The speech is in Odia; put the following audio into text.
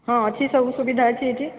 ହଁ ଅଛି ସବୁ ସୁବିଧା ଅଛି ଏଠି